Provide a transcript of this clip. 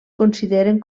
consideren